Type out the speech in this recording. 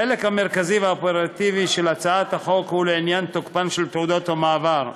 החלק המרכזי והאופרטיבי של הצעת החוק הוא לעניין תוקפן של תעודות מעבר.